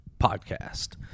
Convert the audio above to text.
podcast